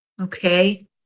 Okay